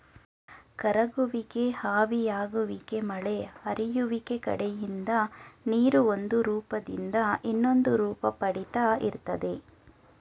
ಕರಗುವಿಕೆ ಆವಿಯಾಗುವಿಕೆ ಮಳೆ ಹರಿಯುವಿಕೆ ಕಡೆಯಿಂದ ನೀರು ಒಂದುರೂಪ್ದಿಂದ ಇನ್ನೊಂದುರೂಪ ಪಡಿತಾ ಇರ್ತದೆ